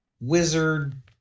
wizard